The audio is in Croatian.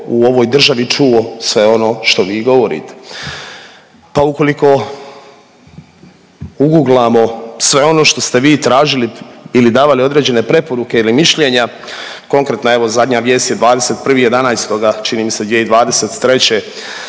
u ovoj državi čuo sve ono što vi govorite. Pa ukoliko uguglamo sve ono što ste vi tražili ili davali određene preporuke ili mišljenja, konkretno evo zadnja vijest je 21.11. čini mi se 2023.